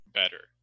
better